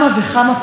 כמובן,